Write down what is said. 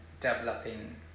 developing